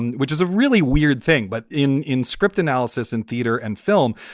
and which is a really weird thing. but in in script analysis and theatre and film,